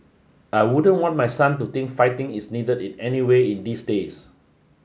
I wouldn't want my son to think fighting is needed in any way in these days